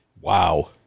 wow